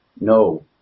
no